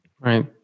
Right